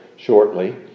shortly